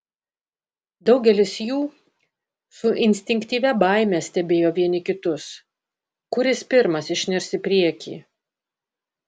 daugelis jų su instinktyvia baime stebėjo vieni kitus kuris pirmas išnirs į priekį